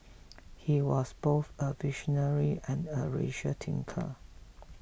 he was both a visionary and a radical thinker